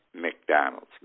McDonald's